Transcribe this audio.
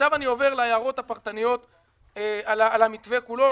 עכשיו אני עובר להערות הפרטניות על המתווה כולו.